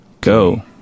go